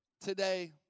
Today